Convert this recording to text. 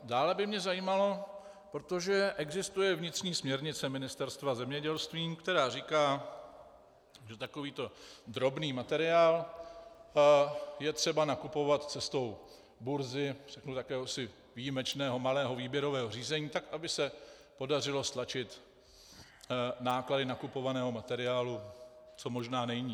Dále by mě zajímalo, protože existuje vnitřní směrnice Ministerstva zemědělství, která říká, že takovýto drobný materiál je třeba nakupovat cestou burzy, řeknu jakéhosi výjimečného malého výběrového řízení, tak aby se podařilo stlačit náklady nakupovaného materiálu co možná nejníž.